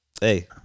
hey